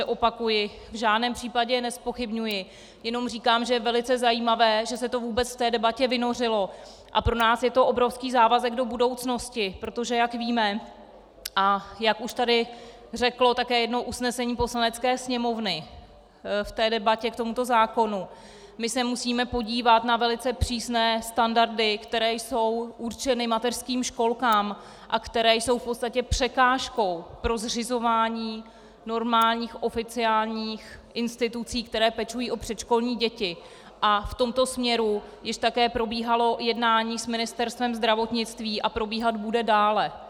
Opakuji, v žádném případě nezpochybňuji, jenom říkám, že je velice zajímavé, že se to vůbec v té debatě vynořilo, a pro nás je to obrovský závazek do budoucnosti, protože jak víme a jak už tady řeklo také jedno usnesení Poslanecké sněmovny v debatě k tomuto zákonu, my se musíme podívat na velice přísné standardy, které jsou určeny mateřským školkám a které jsou v podstatě překážkou pro zřizování normálních oficiálních institucí, které pečují o předškolní děti, a v tomto směru již také probíhalo jednání s Ministerstvem zdravotnictví a probíhat bude dále.